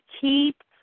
keep